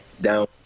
down